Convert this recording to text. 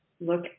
look